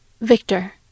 Victor